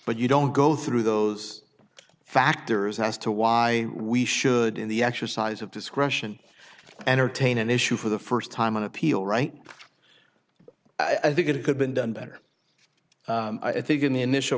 but you don't go through those factors as to why we should in the exercise of discretion entertain an issue for the first time on appeal right i think it could been done better i think in the initial